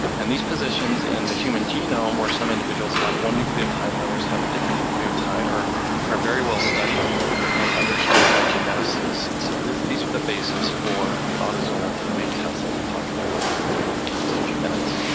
and these positions in the human genome, where some individuals have one nucleotide and others have a different nucleotide, are are very well studied and understood by geneticists. and so, these are the basis for the autosomal dna test we'll talk about in just a few minutes.